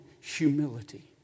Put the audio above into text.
humility